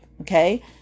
Okay